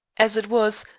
as it was,